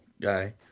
guy